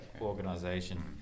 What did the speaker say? organization